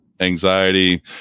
anxiety